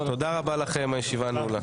תודה רבה לכם, הישיבה נעולה.